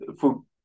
food